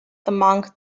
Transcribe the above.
among